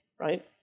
right